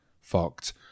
fucked